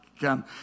come